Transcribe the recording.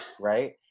right